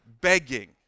begging